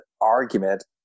argument